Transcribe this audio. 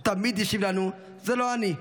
הוא תמיד השיב לנו: זה לא אני.